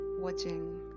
watching